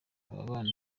ababana